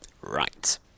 Right